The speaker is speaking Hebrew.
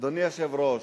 אדוני היושב-ראש,